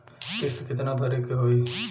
किस्त कितना भरे के होइ?